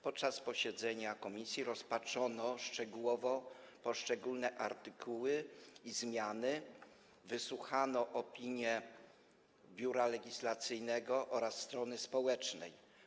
Podczas posiedzenia komisji rozpatrzono szczegółowo poszczególne artykuły i zmiany, wysłuchano opinii Biura Legislacyjnego oraz strony społecznej.